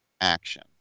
action